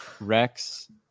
Rex